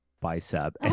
bicep